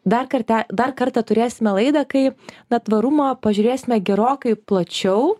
dar kartą dar kartą turėsime laidą kai netvarumo pažiūrėsime gerokai plačiau